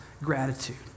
gratitude